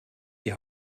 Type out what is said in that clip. die